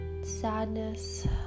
sadness